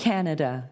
Canada